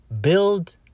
build